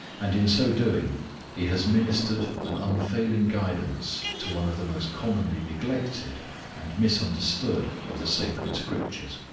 and in so doing he has ministered an unfailing guidance to one of the most commonly neglected and misunderstood of the sacred scriptures.